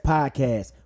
Podcast